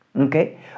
Okay